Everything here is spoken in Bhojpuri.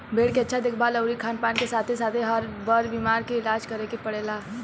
भेड़ के अच्छा देखभाल अउरी खानपान के साथे साथे, बर बीमारी के इलाज करे के पड़ेला